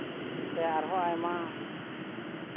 ᱥᱮ ᱟᱨ ᱦᱚᱸ ᱟᱭᱢᱟ